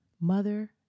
Mother